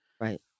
Right